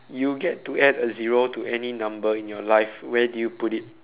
you get to add a zero to any number in your life where do you put it